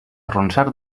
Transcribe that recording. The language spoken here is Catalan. arronsar